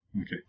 Okay